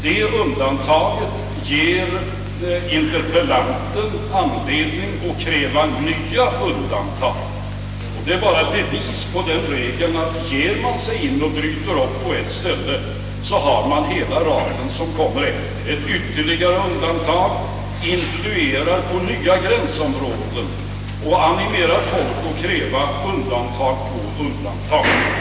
Det undantaget ger interpellanten anledning att kräva nya undantag. Detta är endast ett belägg för regeln, att bryter man upp på ett ställe, så har man sedan hela raden av nya undantag. Ett ytterligare undantag influerar på nya gränsområden och animerar folk att kräva undantag på undantag.